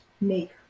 make